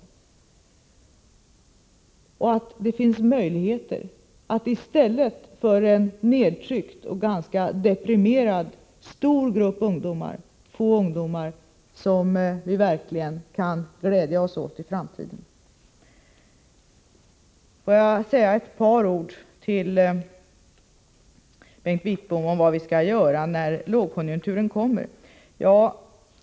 Det visar också att det finns möjligheter att i stället för en stor grupp nertryckta och ganska deprimerade ungdomar få ungdomar som vi verkligen kan glädja oss åt i framtiden. Låt mig så säga några ord till Bengt Wittbom om vad vi skall göra när lågkonjunkturen kommer.